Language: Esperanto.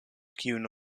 kiun